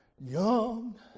young